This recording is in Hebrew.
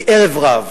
מערב-רב,